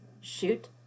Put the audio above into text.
shoot